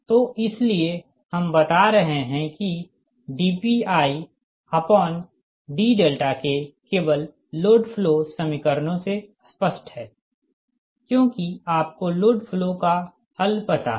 तो इसीलिए हम बता रहे हैं कि dPidK केवल लोड फ्लो समीकरणों से स्पष्ट है क्योंकि आपको लोड फ्लो का हल पता है